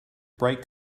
bright